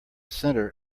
center